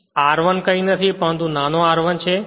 R 1 કંઈ નથી પરંતુ નાના r 1 છે